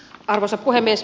arvoisa puhemies